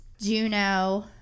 Juno